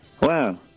Wow